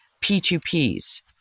P2Ps